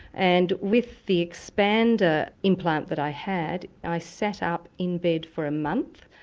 and with the expander implant that i had i sat up in bed for a month,